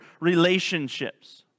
relationships